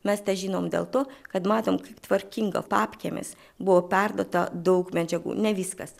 mes tą žinom dėl to kad matom tvarkingą papkėmis buvo perduota daug medžiagų ne viskas